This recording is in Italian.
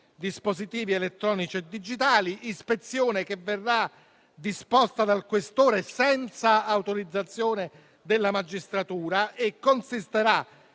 dispositivi elettronici e digitali. Tale ispezione verrà disposta dal questore senza autorizzazione della magistratura e consisterà